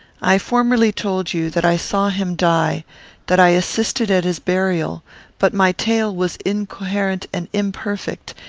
i formerly told you, that i saw him die that i assisted at his burial but my tale was incoherent and imperfect,